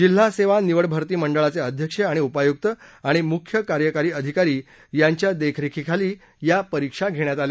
जिल्हासेवा निवड भरती मंडळाचे अध्यक्ष आणि उपायुक्त आणि मुख्य कार्यकारी अधिकारी यांच्या देखरेखीखाली या परीक्षा घेण्यात आल्या